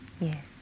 Yes